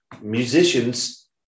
musicians